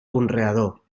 conreador